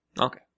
Okay